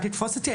אל תתפוס אותי,